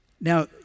Now